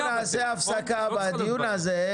אנחנו נעשה הפסקה בדיוק הזה.